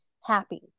happy